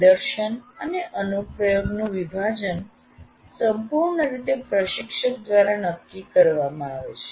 નિદર્શન અને અનુપ્રયોગનું વિભાજન સંપૂર્ણ રીતે પ્રશિક્ષક દ્વારા નક્કી કરવામાં આવે છે